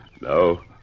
No